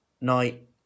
night